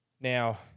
Now